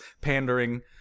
pandering